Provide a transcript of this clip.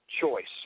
choice